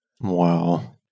Wow